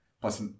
plus